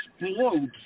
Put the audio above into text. explodes